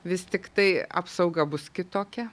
vis tiktai apsauga bus kitokia